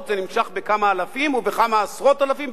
זה נמשך בכמה אלפים ובכמה עשרות אלפים,